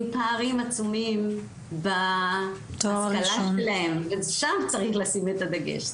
פערים עצומים בהשכלה שלהם ושם צריך לשים את הדגש.